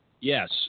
Yes